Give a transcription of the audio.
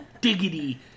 diggity